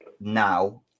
now